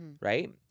right